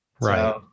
Right